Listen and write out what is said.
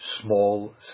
small